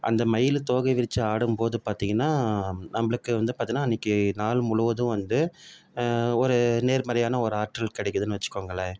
அந்த மயில் தோகையை விரித்து ஆடும் போது பார்த்திங்கனா நம்மளுக்கு வந்து பார்த்திங்கனா அன்னைக்கி நாள் முழுவதும் வந்து ஒரு நேர்மறையான ஒரு ஆற்றல் கிடைக்கிதுனு வச்சுகோங்களேன்